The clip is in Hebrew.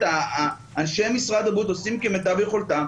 אנשי משרד הבריאות עושים כמיטב יכולתם,